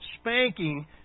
spanking